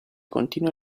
continui